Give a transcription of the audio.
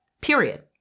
Period